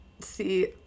See